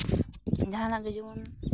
ᱡᱟᱦᱟᱱᱟᱜ ᱜᱮ ᱡᱮᱢᱚᱱ